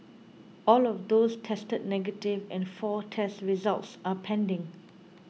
all of those tested negative and four test results are pending